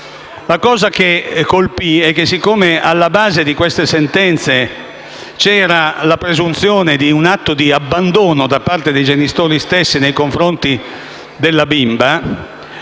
Ciò che colpisce è che, alla base di queste sentenze c’era la presunzione di un atto di abbandono da parte dei genitori stessi nei confronti della bimba.